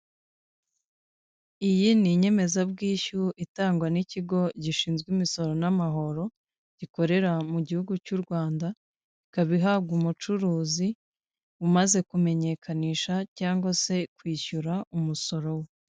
Iyi ni inyemezabwishyu itangwa n'ikigo gishinzwe imisoro n'amahoro gikorera mu gihugu cy'u Rwanda, ikabihabwa umucuruzi umaze kumenyekanisha cyangwa se kwishyura umusoro we.